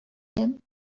him